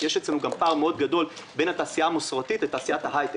כי יש אצלנו גם פער מאוד גדול בין התעשייה המסורתית לתעשיית ההיי-טק.